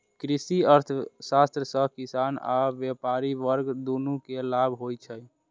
कृषि अर्थशास्त्र सं किसान आ व्यापारी वर्ग, दुनू कें लाभ होइ छै